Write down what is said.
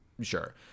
sure